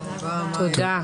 תודה.